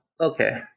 Okay